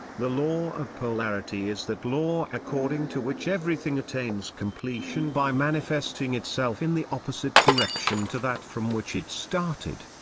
the law of polarity is that law according to which everything attains completion by manifesting itself in the opposite direction to that from which it started.